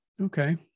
okay